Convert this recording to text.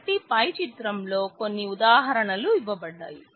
కాబట్టి పై చిత్రంలో కొన్ని ఉదాహారణలు ఇవ్వబడ్డాయి